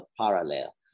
parallel